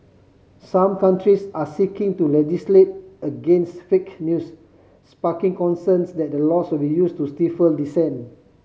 some countries are seeking to legislate against fake news sparking concerns that the laws will be used to stifle dissent